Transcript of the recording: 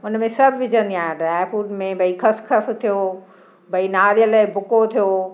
उनमें सभु विझंदी आहियां ड्राय फ़्रूट में भई खसखस थियो भई नारेल जो भुक्को थियो